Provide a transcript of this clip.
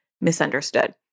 misunderstood